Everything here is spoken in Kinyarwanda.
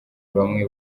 bamwe